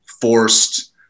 forced